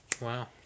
Wow